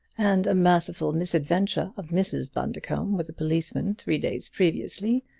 and a merciful misadventure of mrs. bundercombe with a policeman three days previously,